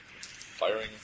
Firing